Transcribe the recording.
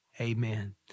Amen